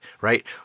right